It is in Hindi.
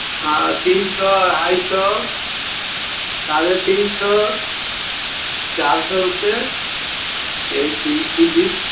हाँ तीन सौ ढाई सौ साढ़े तीन सौ चार सौ रुपये यही की के जी